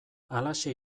halaxe